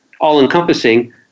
all-encompassing